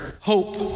hope